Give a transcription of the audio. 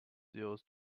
used